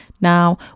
Now